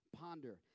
Ponder